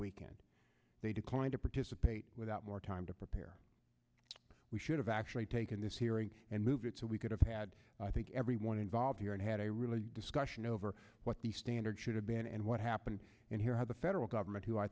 weekend they declined to participate without more time to prepare we should have actually taken this hearing and move it so we could have had i think everyone involved here and had a really discussion over what the standards should have been and what happened and here how the federal government who i